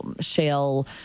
shale